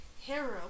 Hero